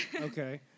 Okay